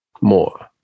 more